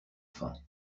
fin